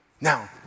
Now